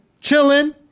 chilling